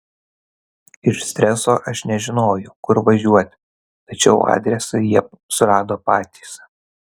iš streso aš nežinojau kur važiuoti tačiau adresą jie surado patys